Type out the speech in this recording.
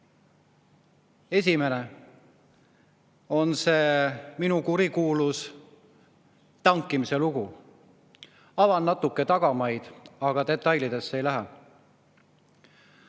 põhjal. Esimene on see minu kurikuulus tankimise lugu. Avan natuke tagamaid, aga detailidesse ei lähe.